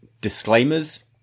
disclaimers